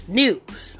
news